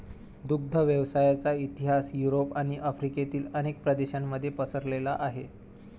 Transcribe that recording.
दुग्ध व्यवसायाचा इतिहास युरोप आणि आफ्रिकेतील अनेक प्रदेशांमध्ये पसरलेला आहे